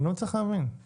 אני לא מצליח להבין.